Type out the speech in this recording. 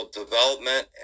development